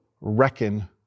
reckon